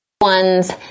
ones